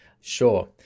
Sure